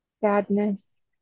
sadness